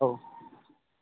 ହଉ